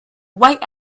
white